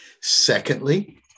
Secondly